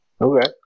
Okay